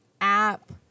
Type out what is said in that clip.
app